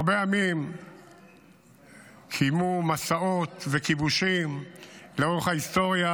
הרבה עמים קיימו מסעות וכיבושים לאורך ההיסטוריה,